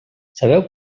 sabeu